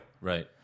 right